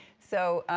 so,